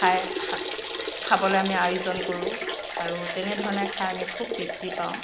খাই খাবলৈ আমি আয়োজন কৰোঁ আৰু তেনেধৰণে খাই আমি খুব তৃপ্তি পাওঁ